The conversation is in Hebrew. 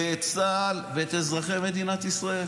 את צה"ל ואת אזרחי מדינת ישראל.